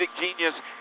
genius